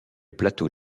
plateau